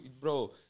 Bro